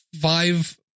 five